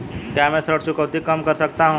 क्या मैं ऋण चुकौती कम कर सकता हूँ?